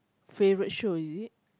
favourite show is it